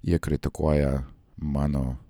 jie kritikuoja mano